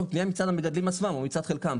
או פנייה מצד המגדלים עצמם או חלקם.